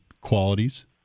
qualities